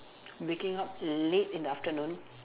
waking up late in the afternoon